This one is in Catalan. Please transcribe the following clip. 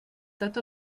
tot